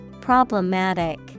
Problematic